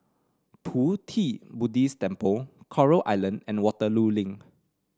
Pu Ti Buddhist Temple Coral Island and Waterloo Link